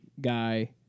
guy